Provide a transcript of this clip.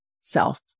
self